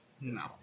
No